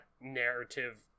narrative